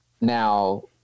now